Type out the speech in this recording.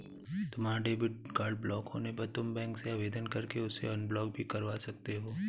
तुम्हारा debit card block होने पर तुम बैंक से आवेदन करके उसे अनब्लॉक भी करवा सकते हो